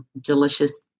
delicious